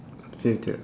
future